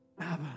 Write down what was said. Abba